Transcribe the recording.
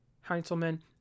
Heintzelman